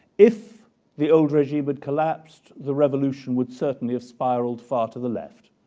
if the old regime had collapsed, the revolution would certainly have spiraled far to the left,